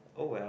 oh well